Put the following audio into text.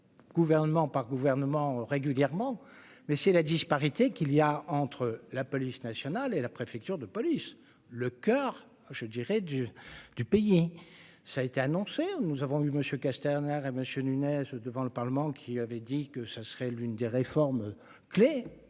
gouvernement par gouvernement régulièrement mais si la disparité qu'il y a entre la police nationale et la préfecture de police, le coeur je dirais du du pays, ça a été annoncé, nous avons eu Monsieur Kastec Bernard et Monsieur N'uñez, devant le Parlement, qui avait dit que ce serait l'une des réformes clés